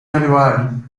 januari